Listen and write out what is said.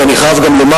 ואני חייב לומר,